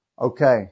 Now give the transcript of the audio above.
Okay